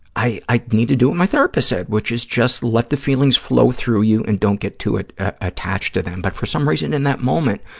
i i need to do what my therapist said, which is just let the feelings flow through you and don't get too attached to them, but for some reason, in that moment,